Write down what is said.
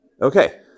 Okay